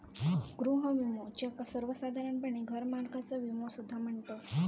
गृह विमो, ज्याका सर्वोसाधारणपणे घरमालकाचा विमो सुद्धा म्हणतत